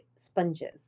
sponges